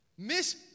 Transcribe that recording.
Miss